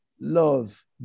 Love